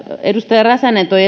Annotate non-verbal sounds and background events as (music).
edustaja räsänen toi (unintelligible)